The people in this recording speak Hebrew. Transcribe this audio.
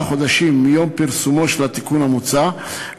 חודשים מיום פרסומו של התיקון המוצע,